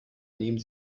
nehmen